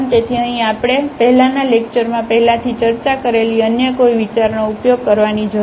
તેથી અહીં આપણે પહેલાંના લેક્ચરમાં પહેલાથી ચર્ચા કરેલી અન્ય કોઈ વિચારનો ઉપયોગ કરવાની જરૂર નથી